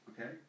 okay